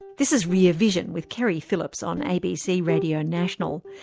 this is rear vision, with keri phillips on abc radio national.